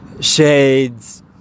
Shades